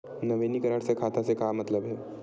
नवीनीकरण से खाता से का मतलब हे?